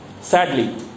Sadly